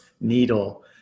needle